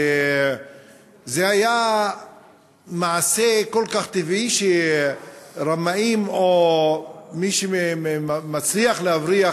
זה היה מעשה כל כך טבעי שרמאים או מי מהם שמצליח להבריח,